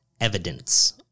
evidence